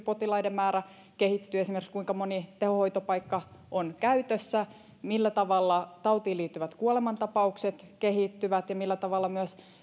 potilaiden määrä kehittyy esimerkiksi kuinka moni tehohoitopaikka on käytössä millä tavalla tautiin liittyvät kuolemantapaukset kehittyvät ja myös millä tavalla